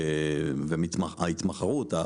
וההתמחרות,